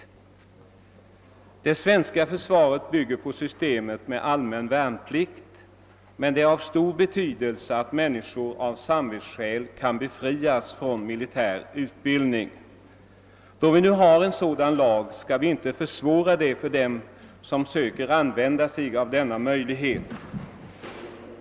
Det svenska försvaret bygger på systemet med allmän värnplikt, men det är av stor betydelse att människor av samvetsskäl kan befrias från militär utbildning. Då vi nu har en sådan lag skall vi inte försvåra det för dem som söker använda sig av denna möjlighet.